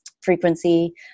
frequency